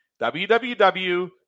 www